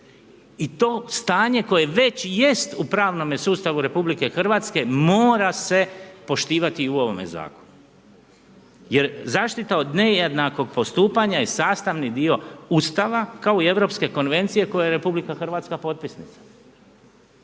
I to stanje koje već jest u pravnome sustavu RH mora se poštovati i u ovome zakonu jer zaštita o nejednakog postupanja jest sastavni dio Ustava kao i Europske konvencije kojoj je RH potpisnica.